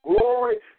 glory